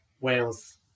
Wales